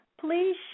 Please